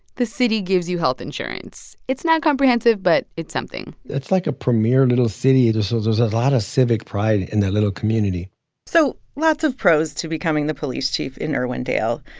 the city gives you health insurance. it's not comprehensive, but it's something it's like a premier little city, so there's a lot of civic pride in that little community so lots of pros to becoming the police chief in irwindale,